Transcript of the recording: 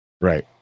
Right